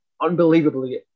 unbelievably